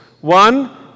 One